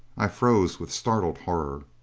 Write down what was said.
i froze with startled horror.